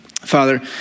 Father